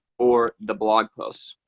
or the blog posts